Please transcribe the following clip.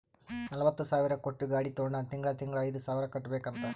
ನಲ್ವತ ಸಾವಿರ್ ಕೊಟ್ಟು ಗಾಡಿ ತೊಂಡಾನ ತಿಂಗಳಾ ಐಯ್ದು ಸಾವಿರ್ ಕಟ್ಬೇಕ್ ಅಂತ್